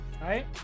right